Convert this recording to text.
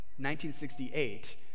1968